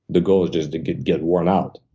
the goal is just to get get worn out.